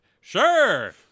Sure